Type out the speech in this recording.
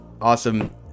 awesome